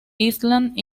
island